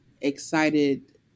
excited